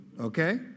okay